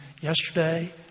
yesterday